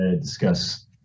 discuss